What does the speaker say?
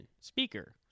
Speaker